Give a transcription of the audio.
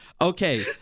Okay